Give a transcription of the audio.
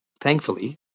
Thankfully